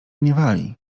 gniewali